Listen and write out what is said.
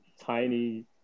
tiny